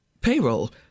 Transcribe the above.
payroll